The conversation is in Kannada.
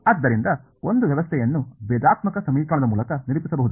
ಆದ್ದರಿಂದ ಒಂದು ವ್ಯವಸ್ಥೆಯನ್ನು ಭೇದಾತ್ಮಕ ಸಮೀಕರಣದ ಮೂಲಕ ನಿರೂಪಿಸಬಹುದು